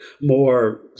more